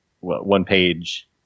one-page